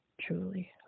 Truly